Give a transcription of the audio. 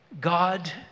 God